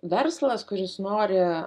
verslas kuris nori